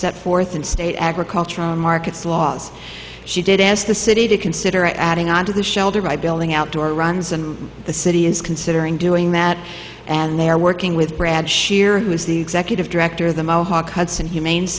set forth and state agricultural markets laws she did ask the city to consider adding on to the shelter by building outdoor runs and the city is considering doing that and they are working with brad shear who is the executive director of the mohawk hudson humane